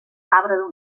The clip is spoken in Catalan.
cabra